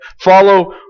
Follow